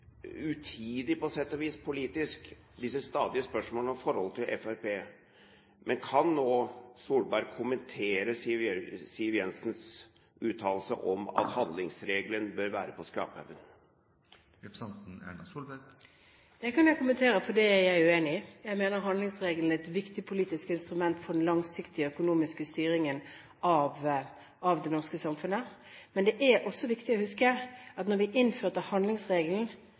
utidig på sett og vis, politisk, disse stadige spørsmålene om forholdet til Fremskrittspartiet. Men kan Solberg nå kommentere Siv Jensens uttalelse om at handlingsregelen bør være på skraphaugen? Det kan jeg kommentere, for det er jeg uenig i. Jeg mener at handlingsregelen er et viktig politisk instrument for den langsiktige økonomiske styringen av det norske samfunnet. Men det er også viktig å huske at da vi innførte handlingsregelen,